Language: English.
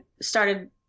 started